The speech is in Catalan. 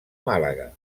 màlaga